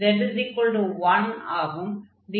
z 1 ஆகும்